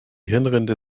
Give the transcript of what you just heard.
hirnrinde